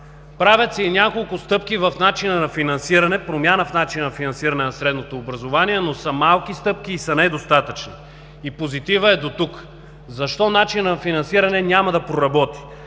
Правят се и няколко стъпки в начина на финансиране – промяна в начина на финансиране на средното образование, но са малки и са недостатъчни. Позитивът е дотук. Защо начинът на финансиране няма да проработи?